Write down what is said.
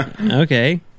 Okay